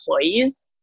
employees